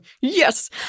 Yes